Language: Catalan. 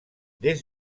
des